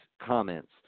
comments